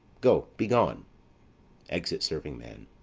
go, begone. exit servingman.